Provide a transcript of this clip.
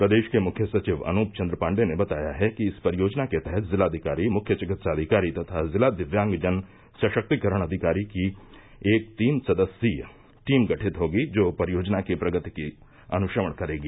प्रदेश के मुख्य सचिव अनूप चन्द्र पाण्डेय ने बताया कि इस परियोजना के तहत जिलाधिकारी मुख्य चिकित्साधिकारी तथा जिला दिव्यांगजन सशक्तिकरण अधिकारी की एक तीन सदस्यीय टीम गठित होगी जो परियोजना की प्रगति का अनुश्रवण करेगी